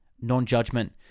Non-judgment